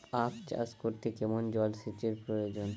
আখ চাষ করতে কেমন জলসেচের প্রয়োজন?